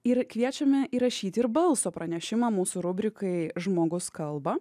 ir kviečiame įrašyti ir balso pranešimą mūsų rubrikai žmogus kalba